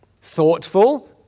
thoughtful